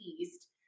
east